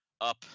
Up